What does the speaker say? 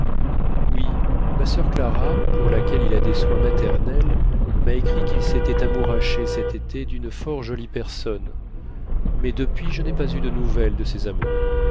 oui ma soeur clara pour laquelle il a des soins maternels m'a écrit qu'il s'était amouraché cet été d'une fort jolie personne mais depuis je n'ai pas eu de nouvelles de ses amours